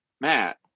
Matt